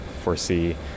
foresee